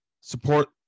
Support